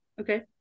okay